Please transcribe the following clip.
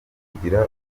kugira